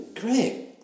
great